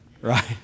right